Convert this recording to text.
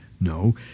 No